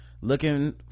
looking